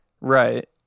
Right